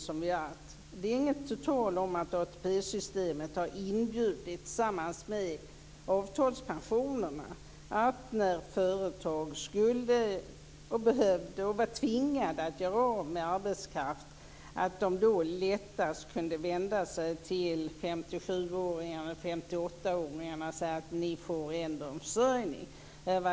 Det råder inget tvivel om att ATP-systemet har inbjudit, tillsammans med avtalspensionerna, att när företag har behövt eller varit tvingade att göra av med arbetskraft har de lättast vänt sig till 57-58-åringarna och sagt att de får en försörjning.